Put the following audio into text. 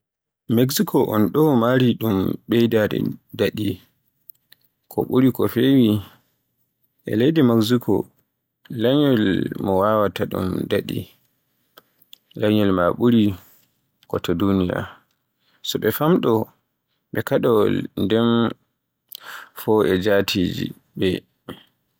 Mexico on ɗo mari ɗum ɓeydude daɗi, ko ɓuri ko feewi. E leydi Leñol mo waawataa ɗum daɗi e Mexico. Leñol maa ɓuri ko to duniya, so ɓe famɗo be kaɗowol, nden fow e jaatigi ɓe.